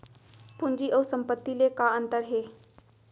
पूंजी अऊ संपत्ति ले का अंतर हे?